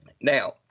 Now